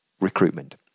recruitment